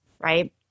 right